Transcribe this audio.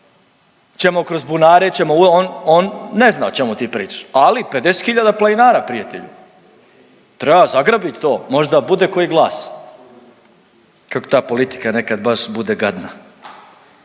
ćemo kroz bunare, ćemo, on ne zna o čemu ti pričaš, ali 50 hiljada planira prijatelju. Treba zagrabit to možda bude koji glas. Kako ta politika nekad baš bude gadna